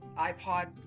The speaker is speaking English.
iPod